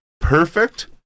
perfect